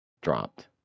dropped